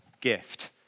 gift